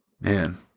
Man